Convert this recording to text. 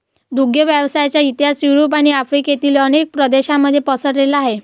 दुग्ध व्यवसायाचा इतिहास युरोप आणि आफ्रिकेतील अनेक प्रदेशांमध्ये पसरलेला आहे